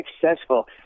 successful